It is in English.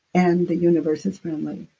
and the universe is friendly.